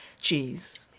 cheese